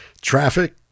Traffic